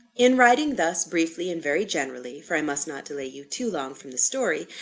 in writing thus briefly and very generally for i must not delay you too long from the story,